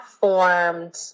formed